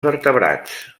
vertebrats